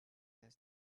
less